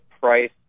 price